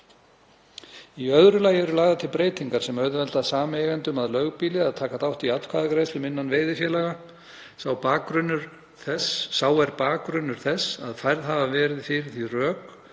Í öðru lagi eru lagðar til breytingar sem auðvelda sameigendum að lögbýli að taka þátt í atkvæðagreiðslum innan veiðifélaga. Sá er bakgrunnur þess að færð hafa verið fyrir því rök